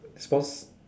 spons~